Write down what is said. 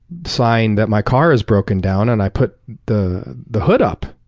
sign that my car is broken down, and i put the the hood up.